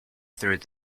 through